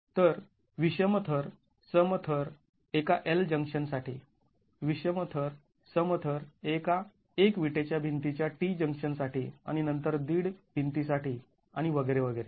तर विषम थर सम थर एका L जंक्शनसाठी विषम थर सम थर एका एक विटेच्या भिंतीच्या T जंक्शनसाठी आणि नंतर दीड भिंती साठी आणि वगैरे वगैरे